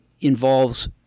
involves